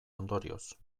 ondorioz